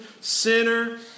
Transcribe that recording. sinner